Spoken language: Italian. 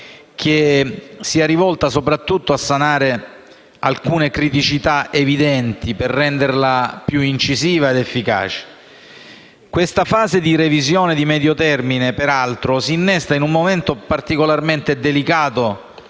che sia rivolta soprattutto a sanare alcune criticità evidenti per renderla più incisiva ed efficace. Questa fase di revisione di medio termine, peraltro, si innesta in un momento particolarmente delicato